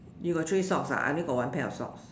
you got three socks I only got one pair of socks